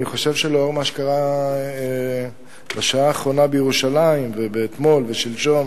אני חושב שלאור מה שקרה בשעה האחרונה בירושלים ואתמול ושלשום